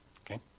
okay